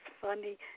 funny